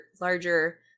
larger